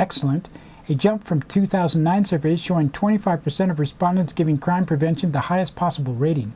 excellent it jumped from two thousand and nine surveys showing twenty five percent of respondents giving crime prevention the highest possible rating